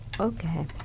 Okay